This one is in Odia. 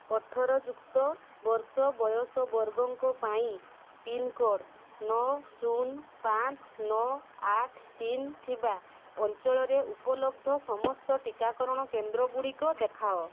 ଅଠର ଯୁକ୍ତ ବର୍ଷ ବୟସ ବର୍ଗଙ୍କ ପାଇଁ ପିନ୍କୋଡ଼୍ ନଅ ଶୂନ ପାଞ୍ଚ ନଅ ଆଠ ତିନି ଥିବା ଅଞ୍ଚଳରେ ଉପଲବ୍ଧ ସମସ୍ତ ଟିକାକରଣ କେନ୍ଦ୍ରଗୁଡ଼ିକ ଦେଖାଅ